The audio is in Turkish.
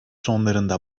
sonlarında